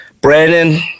Brandon